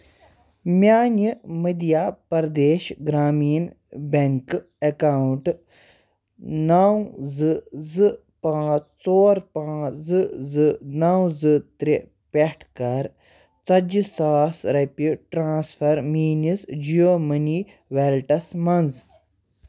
میانہِ مٔدھیہ پرٛدیش گرٛامیٖن بیٚنٛک اکاونٹہٕ نو زٕ زٕ پانٛژھ ژور پانژٛھ زٕ زٕ نو زٕ ترٛےٚ پٮ۪ٹھ کر ژَتجی ساس رۄپیہِ ٹرانسفر میٲنِس جِیو مٔنی ویلیٹَس مَنٛز